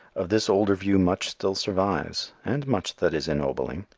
of this older view much still survives, and much that is ennobling.